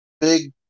big